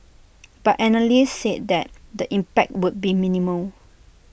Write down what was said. but analysts said that the impact would be minimal